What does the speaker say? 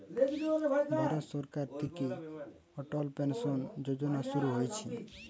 ভারত সরকার থিকে অটল পেনসন যোজনা শুরু হইছে